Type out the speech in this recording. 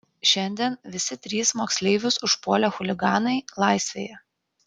šiandien visi trys moksleivius užpuolę chuliganai laisvėje